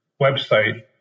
website